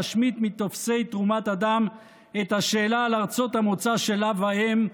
להשמיט מטופסי תרומת הדם את השאלה על ארצות המוצא של אב ואם,